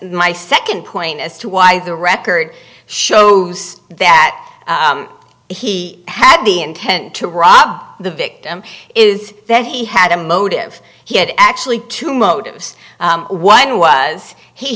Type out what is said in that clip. my second point as to why the record shows that he had the intent to rob the victim is that he had a motive he had actually two motives one was he